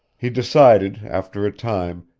he decided, after a time,